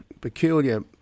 peculiar